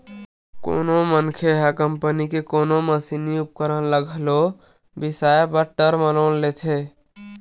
कोनो मनखे ह कंपनी के कोनो मसीनी उपकरन ल घलो बिसाए बर टर्म लोन लेथे